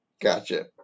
Gotcha